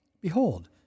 behold